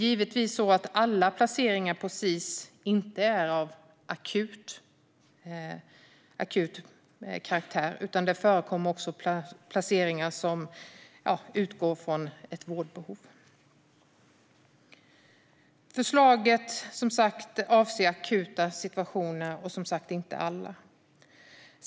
Givetvis är inte alla placeringar på Sis av akut karaktär. Det förekommer också placeringar som utgår från ett vårdbehov. Förslaget avser som sagt akuta situationer och inte alla.